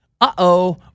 Uh-oh